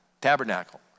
tabernacle